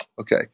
Okay